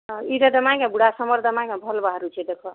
ଇରେଦ ଦମା କେ ବୁଡ଼ା ସମର ଦାନା କେ ବୁଡ଼ା ଭଲ୍ ବାହାରୁଛି ଦେଖ